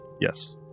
Yes